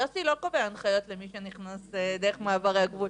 יוסי לא קובע הנחיות למי שנכנס דרך מעברי הגבול.